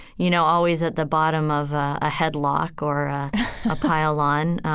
you know, always at the bottom of a headlock or a pile-on.